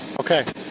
Okay